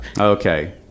Okay